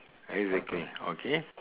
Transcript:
exactly okay